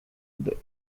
the